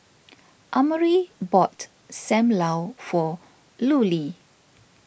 Amare bought Sam Lau for Lulie